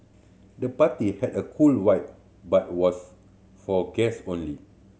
the party had a cool vibe but was for guest only